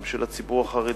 גם של הציבור החרדי,